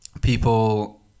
people